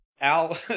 Al